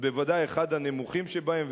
הוא בוודאי אחד הנמוכים שבהם,